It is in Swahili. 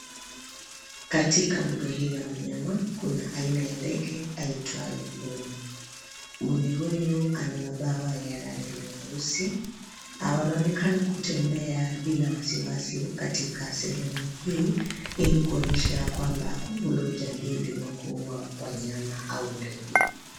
Katika mbuga hii ya wanyama kuna aina ya ndege aitwaye mbuni. Mbuni huyu ana mabawa ya rangi nyeusi .Wanaonekana kutembea bila wasiwasi katika sehemu hii ili kuonyesha kwamba hakuna ule ujangili wa kuua wanyama au ndege.